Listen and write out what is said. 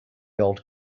old